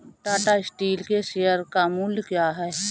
Tata steel के share का मूल्य क्या है?